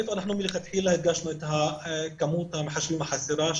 אנחנו מלכתחילה הדגשנו את כמות המחשבים החסרה,